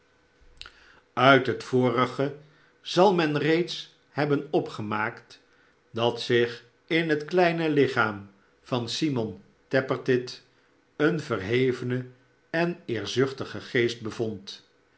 uit het vorige zal men reeds hebben opgemaakt dat zich in het kleine lichaam van simon tappertit een verhevene en eerzuchtige geest bevond